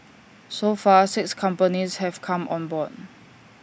so far six companies have come on board